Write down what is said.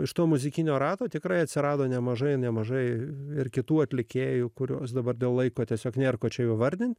iš to muzikinio rato tikrai atsirado nemažai nemažai ir kitų atlikėjų kurios dabar dėl laiko tiesiog nėr ko čia jų vardint